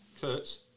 Kurtz